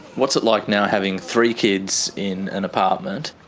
what's it like now having three kids in an apartment?